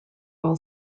all